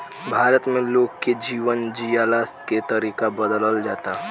भारत में लोग के जीवन जियला के तरीका बदलल जाला